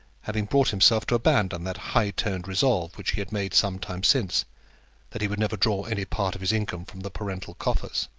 having brought himself to abandon that high-toned resolve which he had made some time since that he would never draw any part of his income from the parental coffers.